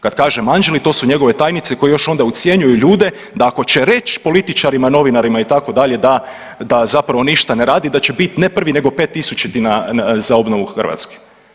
Kad kaže anđeli to su njegove tajnice koje još onda ucjenjuju ljude da ako će reći političarima, novinarima itd., da, da zapravo ništa ne rade da će biti ne prvi nego pettisućiti na, za obnovu Hrvatske.